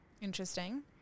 Interesting